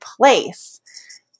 place